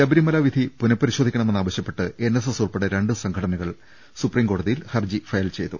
ശബരിമല വിധി പുനപരിശോധിക്കണമെന്നാവശ്യപ്പെട്ട് NSS ഉൾപ്പെടെ രണ്ട് സംഘടനകൾ സുപ്രീം കോടതിയിൽ ഹർജി ഫയൽ ചെയ്തു